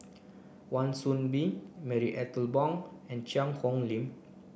Wan Soon Bee Marie Ethel Bong and Cheang Hong Lim